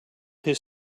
his